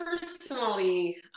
personally